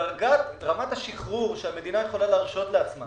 דרגת רמת השחרור שהמדינה יכולה להרשות לעצמה